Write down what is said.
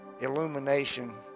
illumination